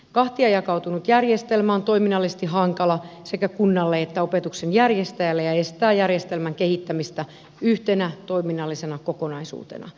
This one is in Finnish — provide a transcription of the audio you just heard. kahtiajakautunut järjestelmä on toiminnallisesti hankala sekä kunnalle että opetuksen järjestäjälle ja estää järjestelmän kehittämistä yhtenä toiminnallisena kokonaisuutena